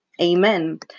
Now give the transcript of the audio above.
Amen